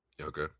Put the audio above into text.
Okay